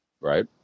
right